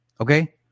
Okay